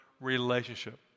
relationship